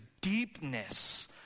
deepness